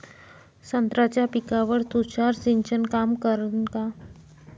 संत्र्याच्या पिकावर तुषार सिंचन काम करन का?